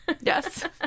Yes